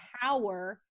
power